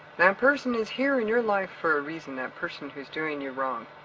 that person is here in your life for a reason, that person who's doing you wrong.